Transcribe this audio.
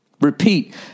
Repeat